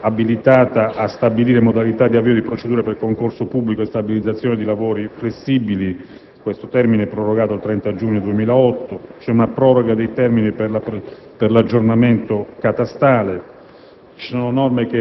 abilitata a stabilire modalità di avvio di procedure per concorso pubblico e stabilizzazione di lavori flessibili. Questo termine viene prorogato al 30 giugno 2008. Vi sono poi una proroga dei termini per l'aggiornamento catastale